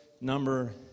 number